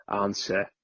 answer